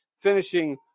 finishing